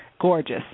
gorgeous